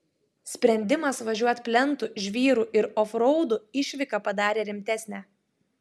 sprendimas važiuot plentu žvyru ir ofraudu išvyką padarė rimtesnę